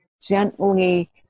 gently